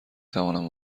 توانم